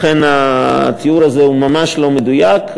לכן התיאור הזה ממש לא מדויק.